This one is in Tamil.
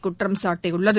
குற்றம்சாட்டியுள்ளது